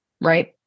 right